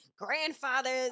grandfathers